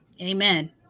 Amen